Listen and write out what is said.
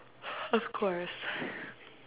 of course